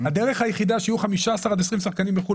הדרך היחידה שיהיו 15 עד 20 שחקנים בחו"ל